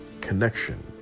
connection